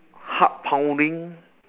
heart pounding